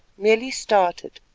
merely started,